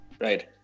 Right